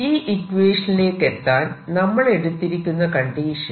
ഈ ഇക്വേഷനിലേക്കെത്താൻ നമ്മൾ എടുത്തിരുന്ന കണ്ടീഷൻ